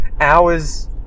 hours